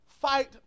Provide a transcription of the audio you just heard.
fight